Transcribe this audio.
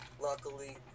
Luckily